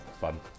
fun